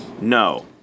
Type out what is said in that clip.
No